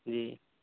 جی